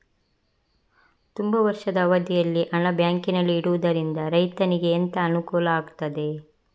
ತುಂಬಾ ವರ್ಷದ ಅವಧಿಯಲ್ಲಿ ಹಣ ಬ್ಯಾಂಕಿನಲ್ಲಿ ಇಡುವುದರಿಂದ ರೈತನಿಗೆ ಎಂತ ಅನುಕೂಲ ಆಗ್ತದೆ?